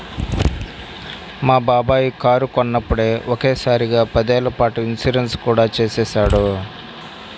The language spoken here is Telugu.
మా బాబాయి కారు కొన్నప్పుడే ఒకే సారిగా పదేళ్ళ పాటు ఇన్సూరెన్సు కూడా చేసేశాడు